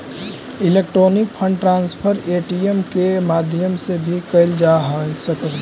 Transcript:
electronic fund transfer ATM के माध्यम से भी कैल जा सकऽ हइ